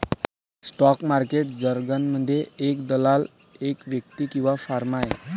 stock market जारगनमध्ये, एक दलाल एक व्यक्ती किंवा फर्म आहे